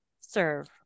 serve